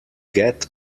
get